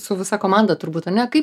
su visa komanda turbūt ane kaip